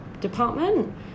department